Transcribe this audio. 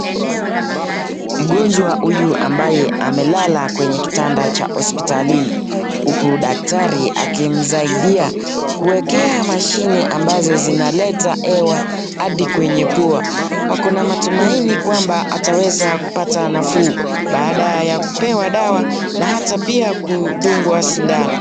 Mgonjwa huyu ambaye amelala kwenye kitanda cha hospitalini, huku daktari akimsaidia kuwekea mashine ambazo zinaleta hewa hadi kwenye pua. Wakona matumaini kwamba ataweza kupata nafuu baada ya kupewa dawa na hata pia, kudungwa sindano.